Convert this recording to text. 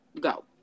Go